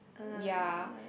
ya